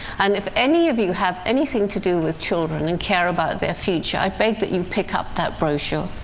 and if any of you have anything to do with children and care about their future, i beg that you pick up that brochure.